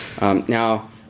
Now